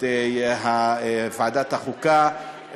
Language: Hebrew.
את ועדת החוקה,